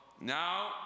now